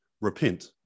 repent